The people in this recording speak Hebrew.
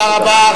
תודה רבה.